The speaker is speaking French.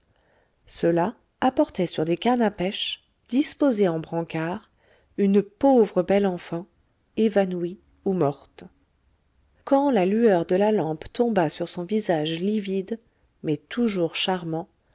ceux-là apportaient sur des cannes à pêche disposées en brancard une pauvre belle enfant évanouie ou morte quand la lueur de la lampe tomba sur son visage livide mais toujours charmant